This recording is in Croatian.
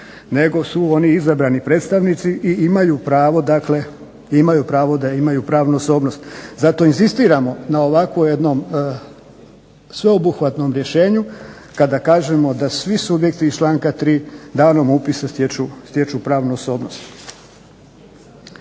nego su oni izabrani predstavnici i imaju pravo da imaju pravnu osobnost. Zato inzistiramo na ovakvom jednom sveobuhvatnom rješenju kada kažemo da svi subjekti iz članka 3. danom upisa stječu pravnu osobnost.